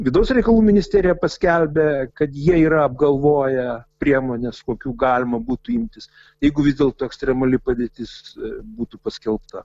vidaus reikalų ministerija paskelbė kad jie yra apgalvoję priemones kokių galima būtų imtis jeigu vis dėlto ekstremali padėtis būtų paskelbta